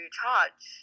charge